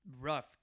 rough